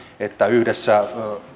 että yhdessä